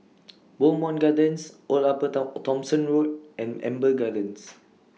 Bowmont Gardens Old Upper Top Thomson Road and Amber Gardens